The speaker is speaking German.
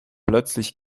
plötzlich